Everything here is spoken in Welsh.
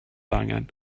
angen